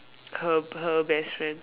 her her best friend